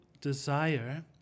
desire